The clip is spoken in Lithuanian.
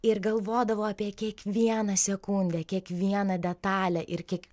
ir galvodavo apie kiekvieną sekundę kiekvieną detalę ir kiek